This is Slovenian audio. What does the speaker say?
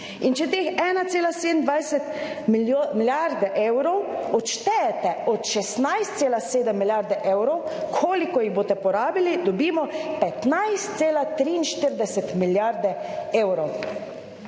Če teh 1,27 milijarde evrov odštejete od 16,7 milijarde evrov koliko jih boste porabili? Dobimo 15,43 milijarde evrov.